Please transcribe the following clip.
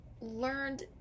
learned